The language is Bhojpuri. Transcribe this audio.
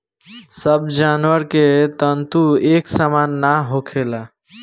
सब जानवर के तंतु एक सामान ना होखेला